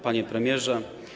Panie Premierze!